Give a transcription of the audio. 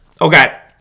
Okay